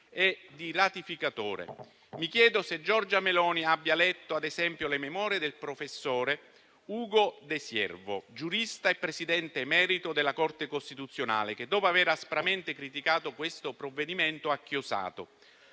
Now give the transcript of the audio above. e di ratificatore. Mi chiedo se Giorgia Meloni abbia letto, ad esempio, le memorie del professor Ugo De Siervo, giurista e presidente emerito della Corte costituzionale, che, dopo aver aspramente criticato questo provvedimento, ha chiosato: